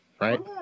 right